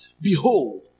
Behold